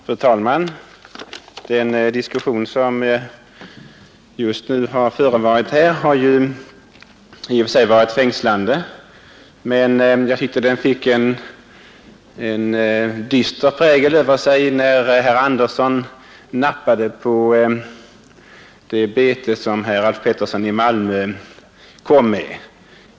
Fru talman! Den diskussion som just nu har förevarit här har ju i och för sig varit fängslande. Men jag tyckte att den fick en dyster prägel över sig, när herr Andersson i Örebro nappade på det bete som herr Alf Pettersson i Malmö kom med.